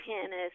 tennis